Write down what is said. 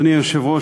אדוני היושב-ראש,